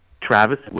Travis